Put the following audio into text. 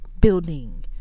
building